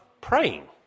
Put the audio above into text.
praying